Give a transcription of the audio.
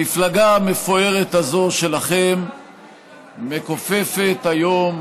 המפלגה המפוארת הזו שלכם מכופפת היום,